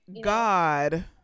God